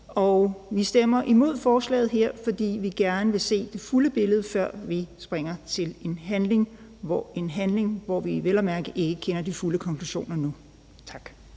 Vi stemmer imod forslaget her, fordi vi gerne vil se det fulde billede, før vi springer til handling, hvor vi vel at mærke ikke kender de fulde konklusioner nu. Tak.